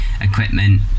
equipment